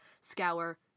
scour